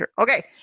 Okay